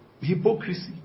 hypocrisy